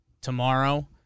tomorrow